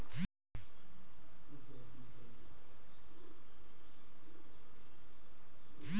साहीवाल नसल कर गाय हर दुधारू गाय होथे अउ एहर एक दिन में बीस लीटर ले बगरा दूद देथे